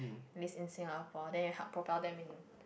base in Singapore then you help propel them in